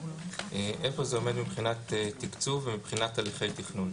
איפה זה עומד מבחינת תקצוב ומבחינת הליכי תכנון?